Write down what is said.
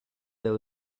there